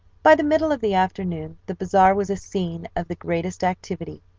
by the middle of the afternoon the bazaar was a scene of the greatest activity,